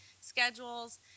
schedules